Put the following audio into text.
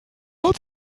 hat